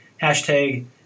Hashtag